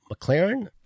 McLaren